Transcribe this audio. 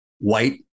white